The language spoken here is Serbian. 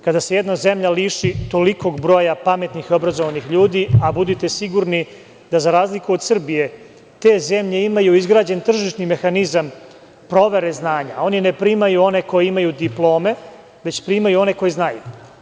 Kada se jedna zemlja liši tolikog broja pametnih i obrazovanih ljudi, a budite sigurni da za razliku od Srbije te zemlje imaju izgrađen tržišni mehanizam provere znanja, oni ne primaju one koji imaju diplome, već primaju one koji znaju.